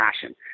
passion